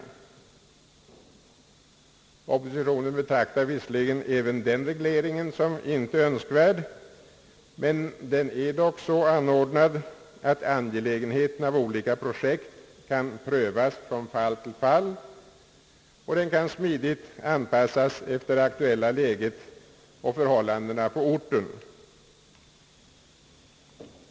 Oppositionen betraktar visserligen även den regleringen som inte önskvärd, men den är dock så ordnad att angelägenheten av olika projekt kan prövas från fall till fall och den kan smidigt anpassas efter det aktuella läget och förhållandena på orten.